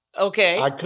Okay